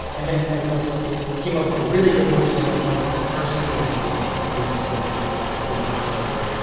and of course, it came up with a really really good strategy only for the first two rounds and and estimated a strategy for the third and the fourth round.